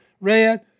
red